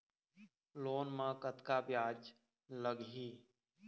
Loan म कतका ब्याज लगही?